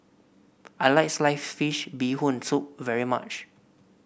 I like Sliced Fish Bee Hoon Soup very much